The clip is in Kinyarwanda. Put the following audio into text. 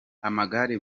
amagare